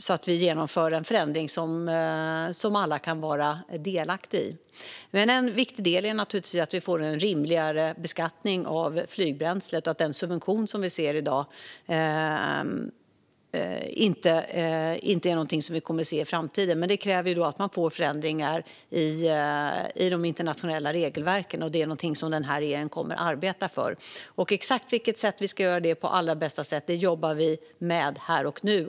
Vi ska genomföra en förändring som alla kan vara delaktiga i. En viktig del är naturligtvis att vi får en rimligare beskattning av flygbränslet och att den subvention som finns i dag inte kommer att finnas i framtiden. Men det kräver att man får till förändringar i de internationella regelverken, och det är någonting som den här regeringen kommer att arbeta för. Exakt hur vi ska göra det på allra bästa sätt jobbar vi med här och nu.